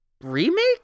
remake